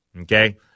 Okay